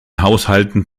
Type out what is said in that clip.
haushalten